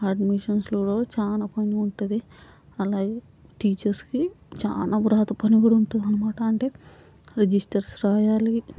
అడ్మిషన్స్లో కూడా చాలా పని ఉంటుంది అలాగే టీచర్స్కి చాలా వ్రాత పనికూడా ఉంటుంది అన్నమాట అంటే రిజిస్టర్స్ వ్రాయాలి